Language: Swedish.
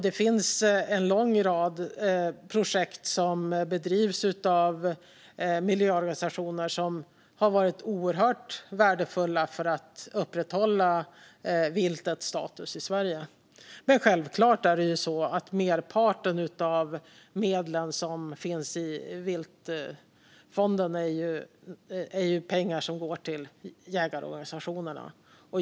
Det finns en lång rad projekt som bedrivs av miljöorganisationer som har varit oerhört värdefulla för att upprätthålla viltets status i Sverige, men självklart är merparten av medlen i viltvårdsfonden pengar som går till jägarorganisationerna.